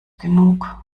genug